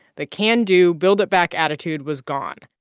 the can-do, build-it-back attitude was gone.